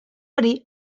hori